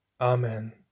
Amen